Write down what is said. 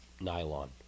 nylon